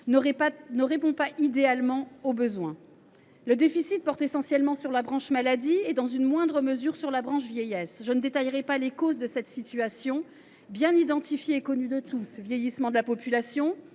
ne répond pas idéalement aux besoins. Le déficit porte essentiellement sur la branche maladie et, dans une moindre mesure, sur la branche vieillesse. Je ne détaillerai pas les causes de cette situation, déjà bien identifiées et connues de tous : vieillissement de la population,